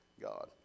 God